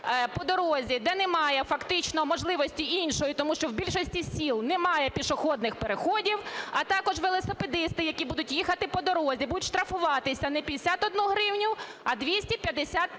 по дорозі, де немає фактично можливості іншої, тому що в більшості сіл немає пішохідних переходів, а також велосипедисти, які будуть їхати по дорозі, будуть штрафуватися не 51 гривень, а 255 гривень,